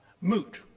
moot